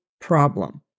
problem